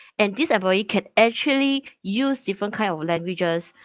and this employee can actually use different kind of languages